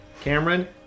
Cameron